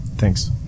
Thanks